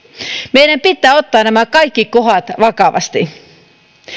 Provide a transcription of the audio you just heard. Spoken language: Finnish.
meidän pitää ottaa nämä kaikki kohdat vakavasti